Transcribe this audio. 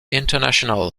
international